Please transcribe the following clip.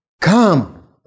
come